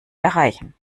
erreichen